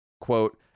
quote